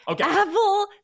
Apple